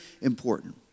important